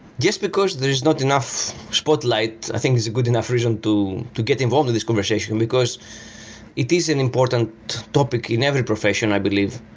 yes, because there's not enough spotlight. i think it's a good enough reason to get involved in this conversation, and because it is an important topic in every profession, i believe,